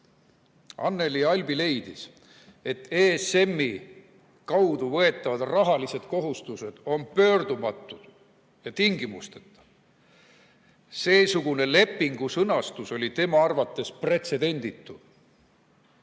Anneli Albi leidis, et ESM‑i kaudu võetavad rahalised kohustused on pöördumatud ja tingimusteta. Seesugune lepingu sõnastus oli tema arvates pretsedenditu.